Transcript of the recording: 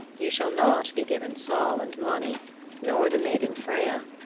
you shall not be given sol and mani nor the maiden freya.